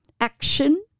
action